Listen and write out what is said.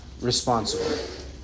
responsible